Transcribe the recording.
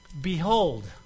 Behold